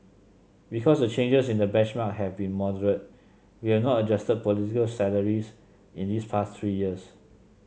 because the changes in the benchmark have been moderate we have not adjusted political salaries in these past three years